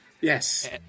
Yes